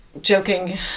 joking